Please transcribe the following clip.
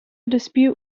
dispute